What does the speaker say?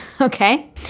okay